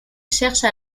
cherche